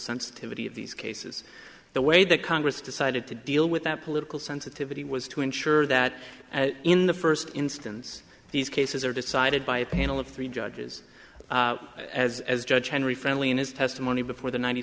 sensitivity of these cases the way that congress decided to deal with that political sensitivity was to ensure that in the first instance these cases are decided by a panel of three judges as as judge henry friendly in his testimony before the ninety